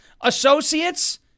associates